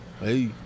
Hey